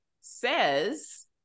says